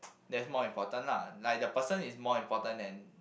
that's more important lah like the person is more important than